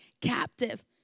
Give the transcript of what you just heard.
captive